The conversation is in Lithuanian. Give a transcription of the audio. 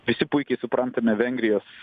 visi puikiai suprantame vengrijos